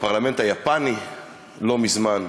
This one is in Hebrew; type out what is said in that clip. בפרלמנט היפני לא מזמן,